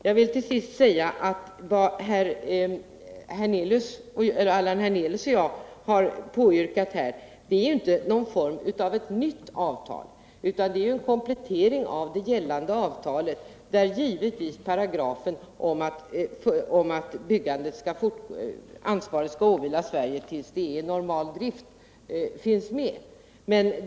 Jag vill till sist säga att vad Allan Hernelius och jag har påyrkat här är inte någon form av nytt avtal, utan det är en komplettering av det gällande avtalet, där givetvis paragrafen om att ansvaret skall åvila Sverige tills pappersbruket är i normal drift finns med.